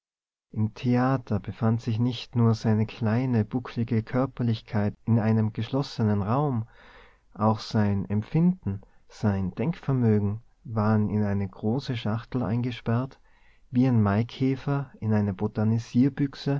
im theater befand sich nicht nur seine kleine buckelige körperlichkeit in einem geschlossenen raum auch sein empfinden sein denkvermögen waren in eine große schachtel eingesperrt wie ein maikäfer in eine